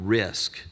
risk